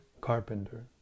carpenter